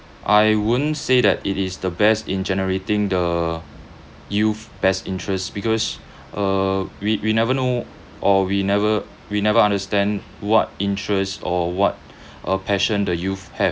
I wouldn't say that it is the best in generating the youth best interests because uh we we never know or we never we never understand what interest or what uh passion the youth have